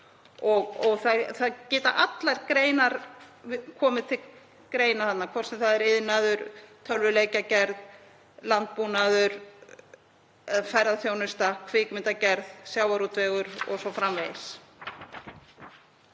Það geta allar greinar komið til greina þarna, hvort sem það er iðnaður, tölvuleikjagerð, landbúnaður eða ferðaþjónusta, kvikmyndagerð, sjávarútvegur o.s.frv.